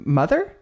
mother